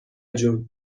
جون